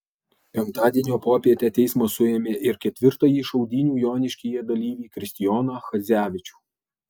penktadienio popietę teismas suėmė ir ketvirtąjį šaudynių joniškyje dalyvį kristijoną chadzevičių